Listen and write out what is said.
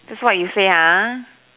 that's what you say ha